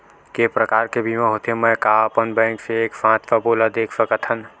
के प्रकार के बीमा होथे मै का अपन बैंक से एक साथ सबो ला देख सकथन?